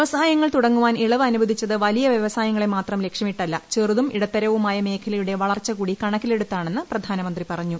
വൃവസായങ്ങൾ തുടങ്ങാൻ ഇളവ് അനുവദിച്ചത് വലിയ വൃവസായങ്ങളെ മാത്രം ലക്ഷ്യമിട്ടല്ല ചെറുതും ഇടത്തരവുമായ മേഖലയുടെ വളർച്ചകൂടി കണക്കിലെടുത്താണെന്ന് പ്രധാനമന്ത്രി പറഞ്ഞു